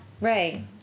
Right